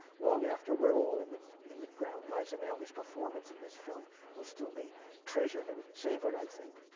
long after we're all in the in the ground, liza minnelli's performance in this film will still be treasured and savored, i think.